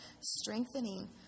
strengthening